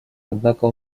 однако